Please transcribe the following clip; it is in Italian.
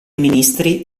ministri